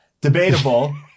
debatable